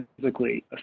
physically